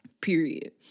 period